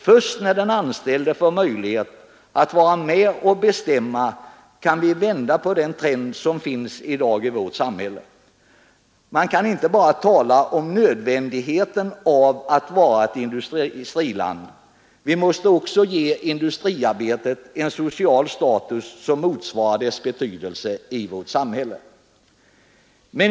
Först när den anställde får möjlighet att vara med och bestämma kan vi vända på den trend som finns i dag i vårt samhälle. Man kan inte bara tala om nödvändigheten av att vara ett industriland. Vi måste också ge industriarbetet en social status som motsvarar dess betydelse i vårt samhälle.